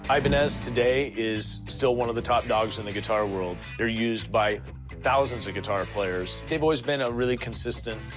ibanez today is still one of the top dogs in the guitar world. they're used by thousands of and guitar players. they've always been a really consistent,